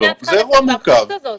זה אירוע מורכב.